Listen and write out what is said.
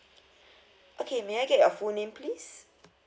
okay may I get your full name please